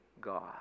God